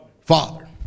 Father